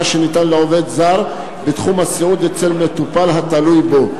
שניתן לעובד זר בתחום הסיעוד אצל מטופל התלוי בו.